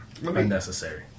unnecessary